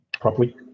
properly